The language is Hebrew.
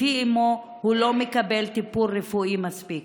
לפי אימו הוא לא מקבל טיפול רפואי מספק.